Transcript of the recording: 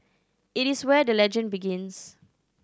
it is where the legend begins